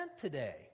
today